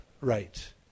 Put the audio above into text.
right